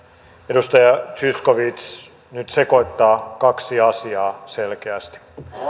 edustaja zyskowicz nyt sekoittaa kaksi asiaa selkeästi